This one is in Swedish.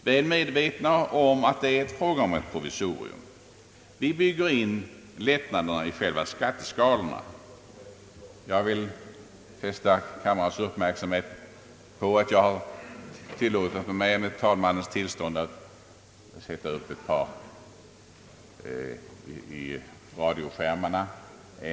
De är medvetna om att det är fråga om ett provisorium. De bygger in lättnaderna i själva skatteskalorna. Jag vill fästa kammarens uppmärksamhet på att jag med herr talmannens tillstånd har låtit sätta in ett par bilder i TV-rutorna.